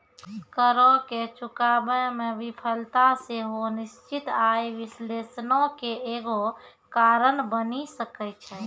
करो के चुकाबै मे विफलता सेहो निश्चित आय विश्लेषणो के एगो कारण बनि सकै छै